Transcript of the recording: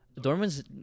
Dormans